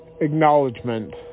Acknowledgement